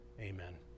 Amen